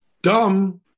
Dumb